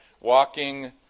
Walking